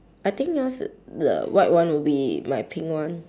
I think yours the white one would be my pink one